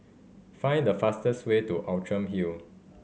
find the fastest way to Outram Hill